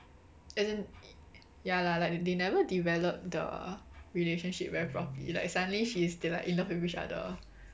as in ya lah like they never develop the relationship very properly like suddenly she's they like in love with each other